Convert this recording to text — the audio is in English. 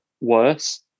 worse